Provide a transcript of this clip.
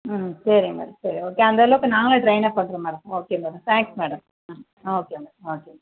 ம் சரிங்க மேடம் சரி ஓகே அந்த அளவுக்கு நாங்களும் ட்ரெயினப் பண்ணுறோம் madam okay madam thanks madam okay madam okay